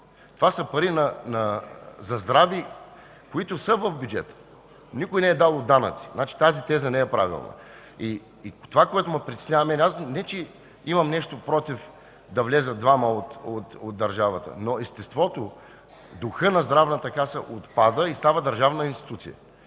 Това са пари за здраве, които са в бюджета. Никой не е дал от данъци. Значи тази теза не е правилна. Това, което ме притеснява, не че имам нещо против да влязат двама от държавата, но естеството, духът на Здравната каса отпада и става държавна институция,